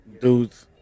dudes